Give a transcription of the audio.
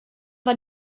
war